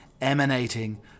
emanating